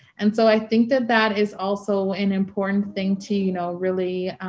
and so i think that that is also an important thing to, you know, really,